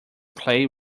clay